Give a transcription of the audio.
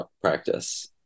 practice